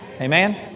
Amen